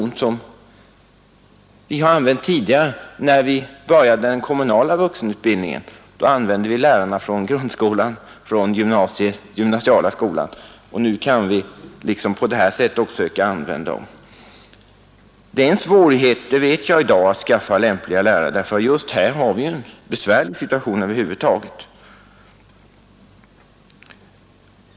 När vi började den kommunala vuxenutbildningen använde vi lärarna från grundskolan och den gymnasiala skolan, och nu kan vi på samma sätt också söka använda speciallärarna. Men det är svårt i dag, det vet jag, att skaffa lämpliga lärare, för just här har vi en bristsituation.